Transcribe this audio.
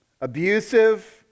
abusive